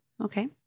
Okay